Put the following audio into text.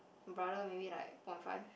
brother maybe like point five